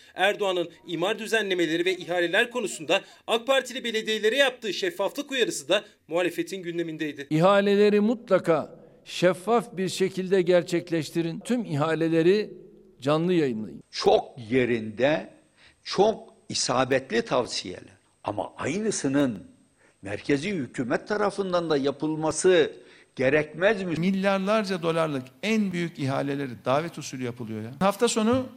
Erdoğan'ın imar düzenlemeleri ve ihaleler konusunda AK Partili belediyelere yaptığı şeffaflık uyarısı da muhalefetin gündemindeydi. İhaleleri mutlaka şeffaf bir şekilde gerçekleştirin. Tüm ihaleleri canlı yayınlayın. Çok yerinde, çok isabetli tavsiyeler. Ama aynısının merkezi hükümet tarafından da yapılması gerekmez mi? Milyarlarca dolarlık en büyük ihaleleri davet usulü yapılıyor ya. Hafta sonu